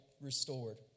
restored